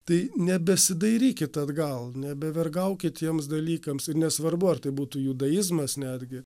tai nebesidairykit atgal nebevergaukit tiems dalykams ir nesvarbu ar tai būtų judaizmas netgi